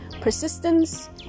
persistence